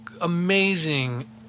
amazing